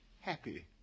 happy